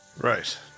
Right